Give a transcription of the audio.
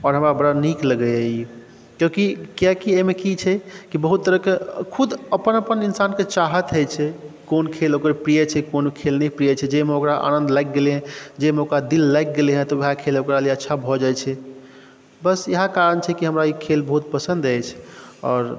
आओर हमरा बड़ा नीक लागैया ई कियाकि एहिमे की छै कि बहुत तरहके ने खुद आपन अपन इन्सानके चाहत होइ छै कोन खेल ओकर प्रिय छै कोन खेल नहि प्रिय छै जाहिमे ओकरा आनन्द लागि गेलै जाहिमे ओकरा दिल लागि गेलै हँ तऽ वएह खेल ओकरा लिए अच्छा भऽ जाइ छै बस इएह कारण छै कि ई हमरा ई खेल बहुत पसन्द अछि आओर